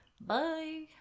Bye